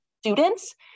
students